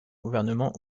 gouvernement